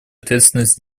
ответственность